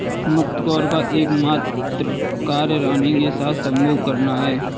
मुकत्कोर का एकमात्र कार्य रानी के साथ संभोग करना है